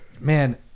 Man